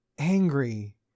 angry